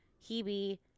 Hebe